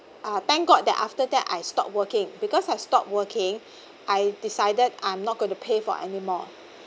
uh thank god that after that I stopped working because I stop working I decided I'm not going to pay for anymore